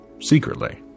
secretly